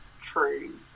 true